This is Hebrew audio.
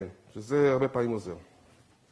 שזה הרבה פעמים עוזר.